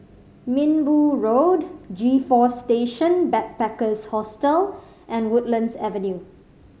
Minbu Road G Four Station Backpackers Hostel and Woodlands Avenue